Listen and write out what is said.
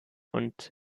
und